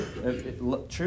True